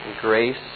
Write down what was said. grace